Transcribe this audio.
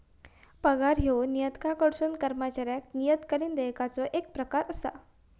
पगार ह्यो नियोक्त्याकडसून कर्मचाऱ्याक नियतकालिक देयकाचो येक प्रकार असा